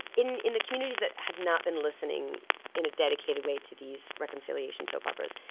in in the communities that had not been listening in a dedicated way to these reconciliation soap operas,